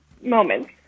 moments